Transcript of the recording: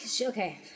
Okay